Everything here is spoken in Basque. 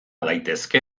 daitezke